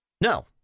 No